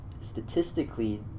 Statistically